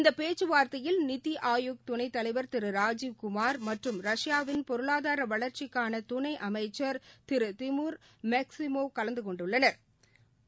இந்தப் பேச்சுவார்த்தையில் நித்திஆயோக் துணைத் தலைவா் திருராஜிவ் குமாா் மற்றும் ரஷ்யாவின் பொருளாதாரவளா்ச்சிக்கானதுணைஅமைச்சா் திருதிமுர் மேக்சிமவ் கலந்துகொண்டுள்ளனா்